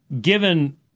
given